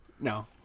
No